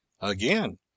Again